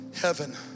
heaven